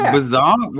Bizarre